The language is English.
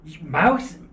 Mouse